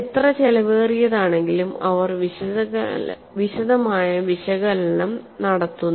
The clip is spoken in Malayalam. എത്ര ചെലവേറിയതാണെങ്കിലും അവർ വിശദമായ വിശകലനം നടത്തുന്നു